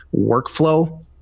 workflow